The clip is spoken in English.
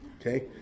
Okay